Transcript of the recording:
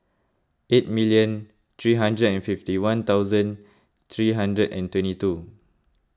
eight million three hundred and fifty one thousand three hundred and twenty two